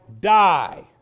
die